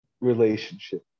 relationship